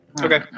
Okay